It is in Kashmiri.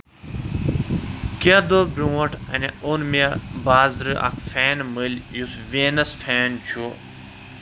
کیٚنٛہہ دوہ برۄنٛٹھ اوٚن مےٚ بازرٕ اکھ فین مٔلۍ یُس وینَس فین چھُ